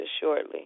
shortly